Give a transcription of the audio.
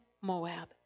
Moab